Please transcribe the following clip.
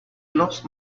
lost